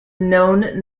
known